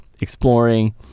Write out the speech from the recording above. exploring